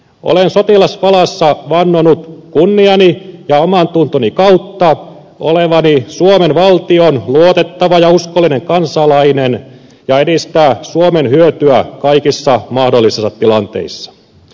olen sotilasvalassa vannonut kunniani ja omantuntoni kautta olevani suomen valtion luotettava ja uskollinen kansalainen ja edistäväni suomen hyötyä kaikissa mahdollisissa tilanteissa